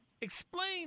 Explain